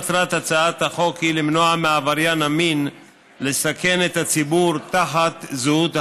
מטרת הצעת החוק היא למנוע מעבריין המין לסכן את הציבור תחת זהות אחרת.